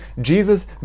Jesus